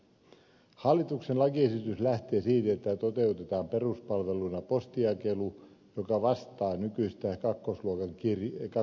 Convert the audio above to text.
hallituksen lakiesitys lähtee siitä että toteutetaan peruspalveluna postinjakelu joka koskee nykyisiä kakkosluokan kirjeitä